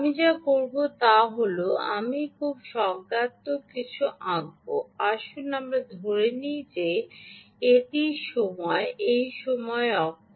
আমি যা করব তা হল আমি খুব স্বজ্ঞাত্মক কিছু আঁকব আসুন আমরা ধরে নিই যে এটি সময় এই সময় অক্ষ